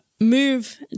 Move